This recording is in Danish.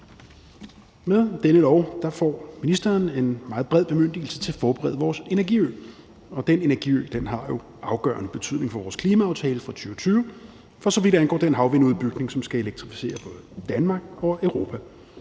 Med dette lovforslag får ministeren en meget bred bemyndigelse til at forberede vores energiø. Og den energiø har jo afgørende betydning for vores klimaaftale fra 2020, for så vidt angår den havvindmølleudbygning, som skal elektrificere både Danmark og Europa.